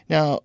Now